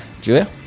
Julia